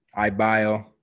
iBio